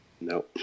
No